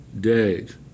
days